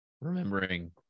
remembering